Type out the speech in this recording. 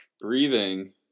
breathing